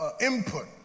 input